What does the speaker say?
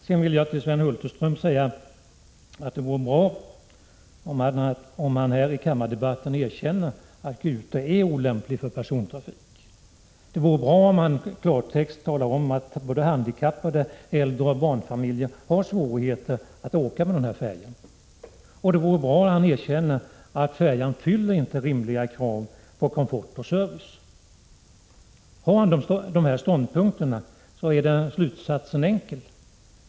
Jag vill säga till Sven Hulterström att det vore bra om han här i kammaren erkände att Gute är olämplig för persontrafik. Det vore bra om han i klartext talade om att både handikappade, äldre och barnfamiljer har svårigheter att åka med den färjan. Det vore bra om han erkände att färjan inte uppfyller rimliga krav på komfort och service. Om kommunikationsministern intar dessa ståndpunkter är slutsatsen enkel.